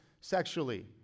sexually